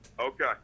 Okay